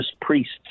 priests